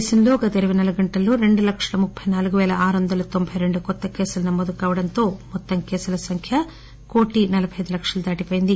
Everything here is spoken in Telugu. దేశంలో గత ఇరపై నాలుగు గంటల్లో రెండు లక్షల ముప్పి నాలుగు పేల ఆరు వందల తొంబై రెండు కొత్త కేసులు నమోదు కావడంతో మొత్తం కేసుల సంఖ్య కోటి నలబై అయిదు లక్షలు దాటిపోయింది